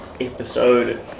episode